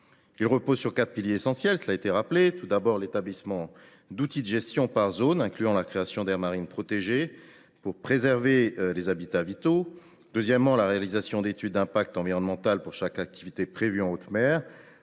Il repose sur quatre piliers essentiels : premièrement, l’établissement d’outils de gestion par zone, incluant la création d’aires marines protégées pour préserver les habitats vitaux ; deuxièmement, la réalisation d’études d’impact environnemental pour chaque activité prévue en haute mer